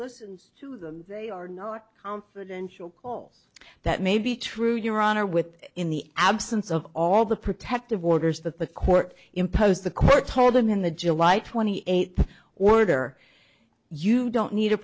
listens to them they are not confidential all that may be true your honor with in the absence of all the protective orders that the court imposed the court told them in the july twenty eight order you don't need